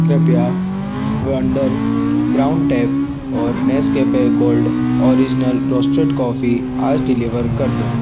कृपया wonder brown tape और Nescafe gold original roasted coffee आज डिलेवर कर दें